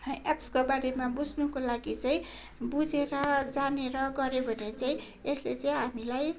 एप्सको बारेमा बुझ्नुको लागि चाहिँ बुझेर जानेर गर्यो भने चाहिँ यसले चाहिँ हामीलाई